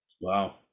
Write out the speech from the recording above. Wow